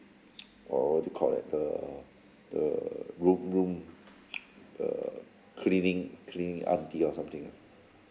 uh what do you call that the the room room the cleaning cleaning aunty or something ah